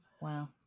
Wow